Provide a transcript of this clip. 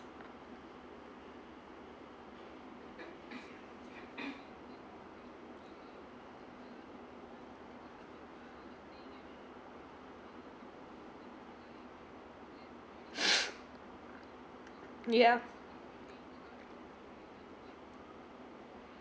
ya